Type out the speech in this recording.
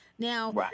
Now